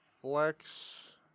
flex